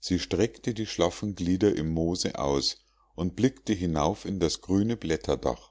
sie streckte die schlaffen glieder im moose aus und blickte hinauf in das grüne blätterdach